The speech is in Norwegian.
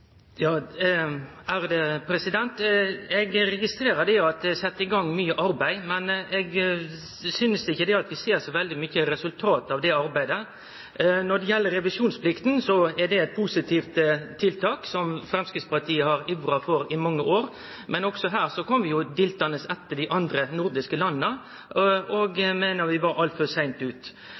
Eg registrerer at det er sett i gang mykje arbeid, men eg synest ikkje vi ser så veldig mykje resultat av det arbeidet. Når det gjeld revisjonsplikta, er det eit positivt tiltak som Framstegspartiet har ivra for i mange år. Men også her kjem vi diltande etter dei andre nordiske landa, og eg meiner vi var altfor seint